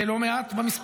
זה לא מעט במספרים,